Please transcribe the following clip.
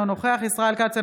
אינו נוכח ישראל כץ,